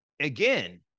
Again